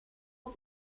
خوب